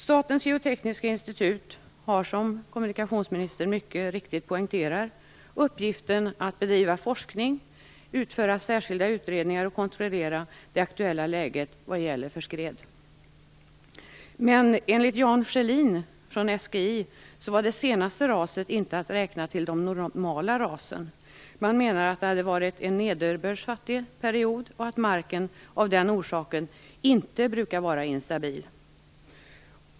Statens geotekniska institut har som kommunikationsministern mycket riktigt poängterar uppgiften att bedriva forskning, utföra särskilda utredningar och kontrollera det aktuella läget vad gäller skred. Enligt Jan Schälin från SGI var det senaste raset inte att räkna till de normala rasen. Man menar att det hade varit en nederbördsfattig period och att marken av den orsaken inte brukar vara instabil.